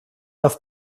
auf